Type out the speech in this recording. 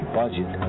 budget